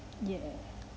yeah